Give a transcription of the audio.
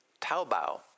Taobao